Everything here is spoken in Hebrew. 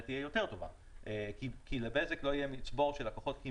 תהיה יותר טובה כי לבזק כמשל לא יהיה מצבור של לקוחות.